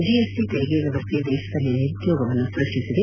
GST ತೆರಿಗೆ ವ್ಲವಸ್ಥೆ ದೇತದಲ್ಲಿ ನಿರುದ್ದೋಗವನ್ನು ಸೃಷ್ಷಿಸಿದೆ